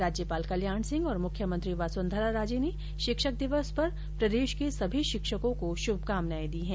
राज्यपाल कल्याण सिंह और मुख्यमंत्री वसुंधरा राजे ने शिक्षक दिवस पर प्रदेश के सभी शिक्षकों को शुभकामनाएं दी हैं